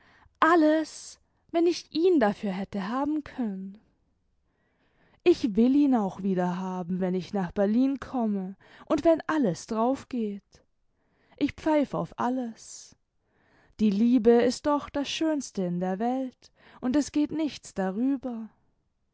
alles wenn ich ihn dafür hätte haben können ich will ihn auch wieder haben wenn ich nach berlin komme und wenn alles draufgeht ich pfeif auf alles die liebe ist doch das schönste in der welt und es geht nichts darüber